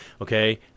Okay